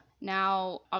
Now